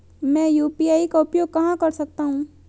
मैं यू.पी.आई का उपयोग कहां कर सकता हूं?